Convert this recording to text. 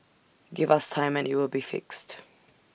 give us time and IT will be fixed